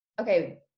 okay